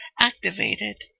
activated